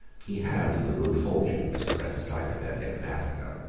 he had the good fortune to suppress a slight rebellion in africa.